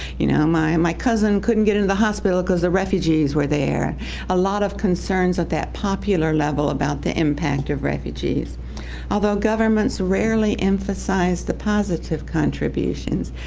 you know, my and my cousin couldn't get into the hospital because the refugees were there and a lot of concerns at that popular level about the impact of refugees although governments rarely emphasize the positive contributions.